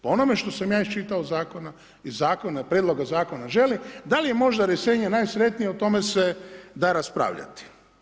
Po onome što sam ja iščitao iz zakona, iz prijedloga zakona želi, da li je možda rješenje najsretnije, o tome se da raspravljati.